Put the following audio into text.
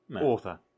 author